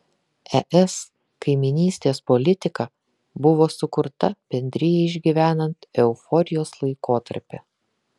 es kaimynystės politika buvo sukurta bendrijai išgyvenant euforijos laikotarpį